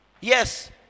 Yes